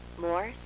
more